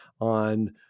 on –